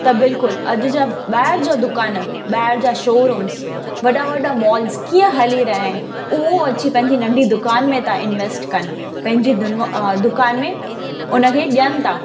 त बिल्कुलु अॼु जा ॿाहिरि जा दुकान ॿाहिरि जा शोरूम्स वॾा वॾा मॉल्स कीअं हली रहिया आहिनि उहो अची पंहिंजी नंढी दुकान में था इंवैस्ट कनि पंहिंजे दुन दुकान में उनखे ॾेयनि था